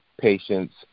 patients